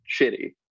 shitty